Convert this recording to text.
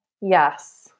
Yes